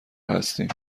هستیم